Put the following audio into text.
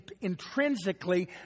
intrinsically